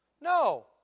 No